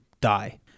die